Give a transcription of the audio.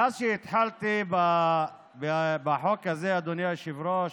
מאז שהתחלתי בחוק הזה, אדוני היושב-ראש,